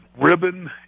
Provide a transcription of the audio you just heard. Ribbon